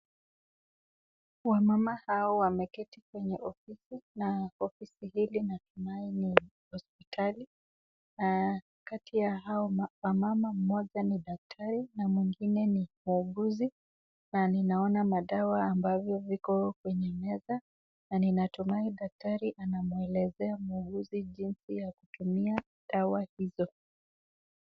Wamama hawa wameketi kwenye ofisi na ofisi hili natumai ni hospitali kati ya hao wamama mmoja ni daktari na mwingine ni muuguzi na ninaona madawa ambavyo viko kwa meza na ninatumai daktari anamuelezea muuguzi jinsi ya kutumia dawa hizo.